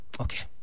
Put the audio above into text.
Okay